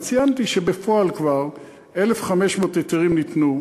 וציינתי שבפועל כבר 1,500 היתרים ניתנו,